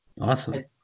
awesome